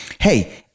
hey